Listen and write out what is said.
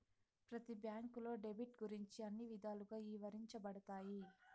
ప్రతి బ్యాంకులో డెబిట్ గురించి అన్ని విధాలుగా ఇవరించబడతాయి